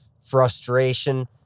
frustration